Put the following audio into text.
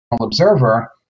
observer